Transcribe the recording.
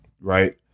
Right